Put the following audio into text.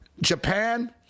Japan